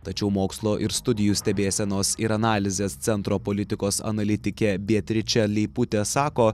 tačiau mokslo ir studijų stebėsenos ir analizės centro politikos analitikė beatričė leiputė sako